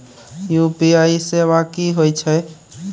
UPI सेवा की होय छै?